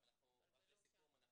לסיכום.